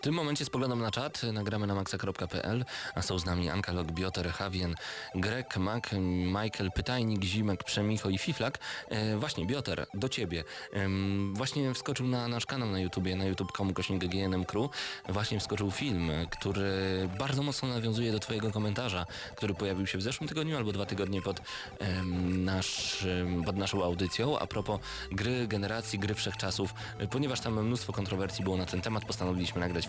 W tym momencie spoglądam na czat, nagramy na maxa.pl, a są z nami Ankalog, Bioter, Hawien, Grek, Mak, Michael, Pytajnik, Zimek, Przemicho i Fiflak. E, właśnie, Bioter, do ciebie. Em, właśnie wskoczył na nasz kanał na YouTubie, na youtube.com, ukośnik GNM Crew. Właśnie wskoczył film, który bardzo mocno nawiązuje do twojego komentarza, który pojawił się w zeszłym tygodniu albo dwa tygodnie pod, em, naszym- pod naszą audycją. A propos gry generacji, gry wszechczasów, ponieważ tam mnóstwo kontrowersji było na ten temat, postanowiliśmy nagrać